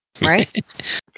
right